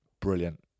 brilliant